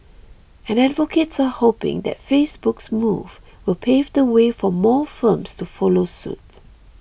and advocates are hoping that Facebook's move will pave the way for more firms to follow suit